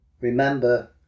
remember